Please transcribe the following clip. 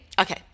Okay